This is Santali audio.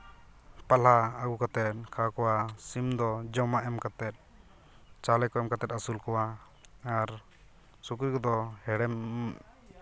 ᱯᱟᱞᱦᱟ ᱟᱹᱜᱩ ᱠᱟᱛᱮᱫ ᱠᱷᱟᱣᱟᱣ ᱠᱚ ᱦᱩᱭᱩᱜᱼᱟ ᱥᱤᱢᱫᱚ ᱡᱚᱢᱟᱜ ᱮᱢ ᱠᱟᱛᱮᱫ ᱪᱟᱣᱞᱮ ᱠᱚ ᱮᱢ ᱠᱟᱛᱮᱫ ᱟᱹᱥᱩᱞ ᱠᱚᱣᱟ ᱟᱨ ᱥᱩᱠᱨᱤ ᱠᱚᱫᱚ ᱦᱮᱲᱮᱢ